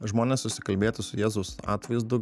žmonės susikalbėti su jėzaus atvaizdu